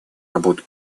работу